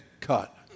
cut